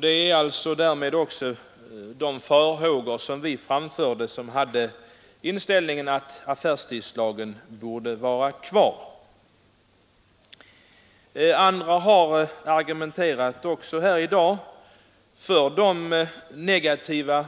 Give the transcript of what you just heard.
Därmed bekräftas också de farhågor vi framförde som hade inställningen att affärstidslagen borde vara kvar. Andra har här i dag pekat på de negativa